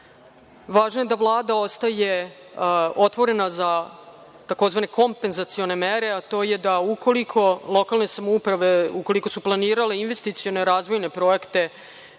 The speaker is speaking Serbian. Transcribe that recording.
Važno je da Vlada ostaje otvorena za tzv. kompenzacione mere, a to je da ukoliko lokalne samouprave ukoliko su planirale investicione razvojne projekte